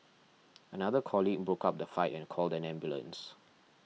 another colleague broke up the fight and called an ambulance